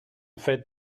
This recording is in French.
fait